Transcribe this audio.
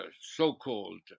so-called